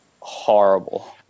Horrible